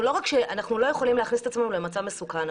אנחנו לא יכולים להכניס את עצמנו למצב מסוכן.